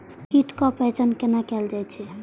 कीटक पहचान कैना कायल जैछ?